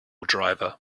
driver